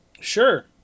Sure